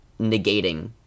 negating